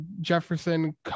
Jefferson